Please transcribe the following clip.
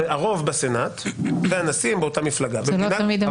הרוב בסנאט והנשיא הם באותה מפלגה --- זה לא תמיד המצב.